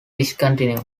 discontinued